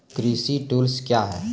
कृषि टुल्स क्या हैं?